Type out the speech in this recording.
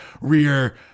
rear